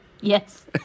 Yes